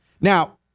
Now